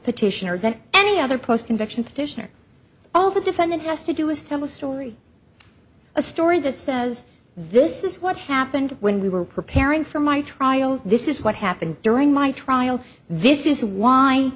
petitioner than any other post conviction petitioner all the defendant has to do is tell a story a story that says this is what happened when we were preparing for my trial this is what happened during my trial this is why